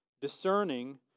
discerning